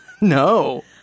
No